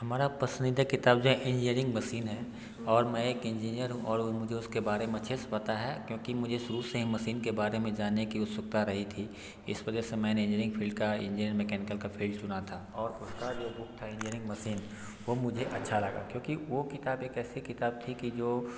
हमारी पसंदीदा किताब जो है इंजीनियरिंग मसीन है और मैं एक इंजीनियर हूँ और मुझे उसके बारे में अच्छे से पता है क्योंकि मुझे शुरू से ही मसीन के बारे में जानने की उत्सुकता रही थी इस वजह से मैंने इंजीनियरिंग फील्ड का ही मैकेनिकल का फील्ड चुना था और उसकी जो बुक थी इंजीनियरिंग मसीन वो मुझे अच्छा लगा क्योंकि वो किताब एक ऐसी किताब थी कि जो